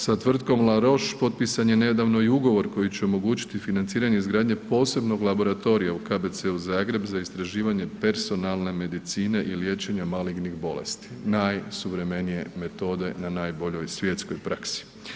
Sa tvrtkom la Roche potpisan je nedavno i ugovor koji će omogućiti financiranje izgradnje posebnog laboratorija u KBC-u Zagreb za istraživanje personalne medicine i liječenje malignih bolesti, najsuvremenije metode na najboljoj svjetskoj praksi.